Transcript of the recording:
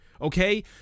Okay